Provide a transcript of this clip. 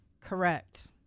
Correct